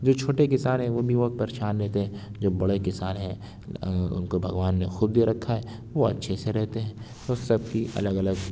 جو چھوٹے کسان ہیں وہ بھی بہت پریشان رہتے ہیں جو بڑے کسان ہیں ان کو بھگوان نے خوب دے رکھا ہے وہ اچھے سے رہتے ہیں اس سب کی الگ الگ